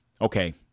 okay